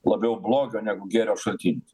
labiau blogio negu gėrio šaltinis